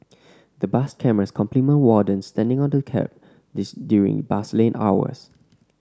the bus cameras complement wardens standing on the kerb this during bus lane hours